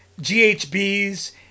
GHBs